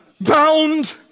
bound